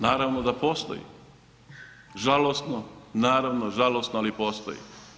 Naravno da postoji, žalosno, naravno žalosno ali postoji.